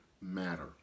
matter